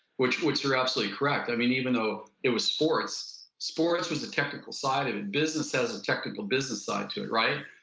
which which they're absolutely correct. um and even though it was sports, sports was the technical side of it. business has a technical business side to it, right?